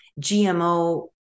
GMO